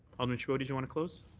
alderman chabot did you want to close.